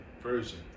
Version